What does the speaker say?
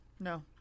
No